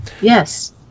Yes